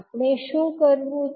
આપણે શું કરવું છે